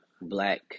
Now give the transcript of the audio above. black